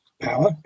power